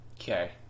Okay